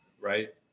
right